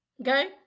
Okay